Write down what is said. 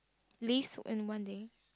list in one day